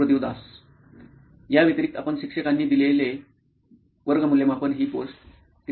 Suprativ Das CTO नॉइन electronics या व्यतिरिक्त आपण शिक्षकांनी दिलेला वर्ग मूल्यमापन ही पोस्ट क्रिया असू शकते